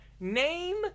Name